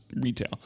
retail